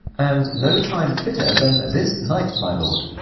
and no time fitter than this night, my lord.